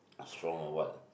strong or what